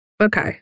Okay